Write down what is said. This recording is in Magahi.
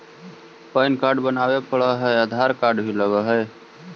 पैन कार्ड बनावे पडय है आधार कार्ड भी लगहै?